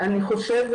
אני חושבת,